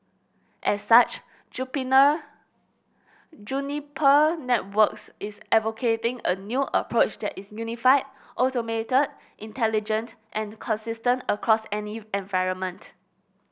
as such Juniper Networks is advocating a new approach that is unified automated intelligent and consistent across any environment